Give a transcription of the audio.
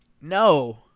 No